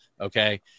Okay